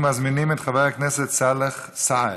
אנחנו מזמינים את חבר הכנסת סאלח סעד.